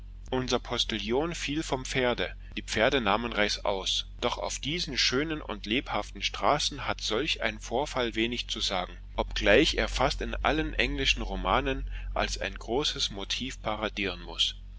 unser postillon fiel vom pferde die pferde nahmen reißaus doch auf diesen schönen und lebhaften straßen hat solch ein vorfall wenig zu sagen obgleich er fast in allen englischen romanen als ein großes motiv paradieren muß